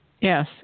Yes